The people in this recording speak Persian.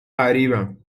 غریبم